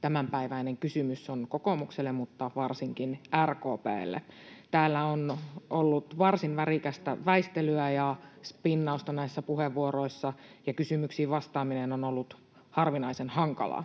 tämänpäiväinen kysymys on kokoomukselle mutta varsinkin RKP:lle. Täällä on ollut varsin värikästä väistelyä ja spinnausta näissä puheenvuoroissa, ja kysymyksiin vastaaminen on ollut harvinaisen hankalaa.